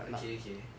okay okay